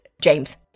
James